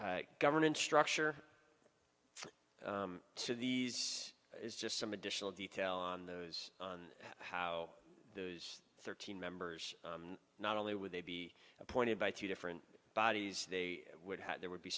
that governance structure so these is just some additional detail on those on how the thirteen members not only would they be appointed by two different bodies they would have there would be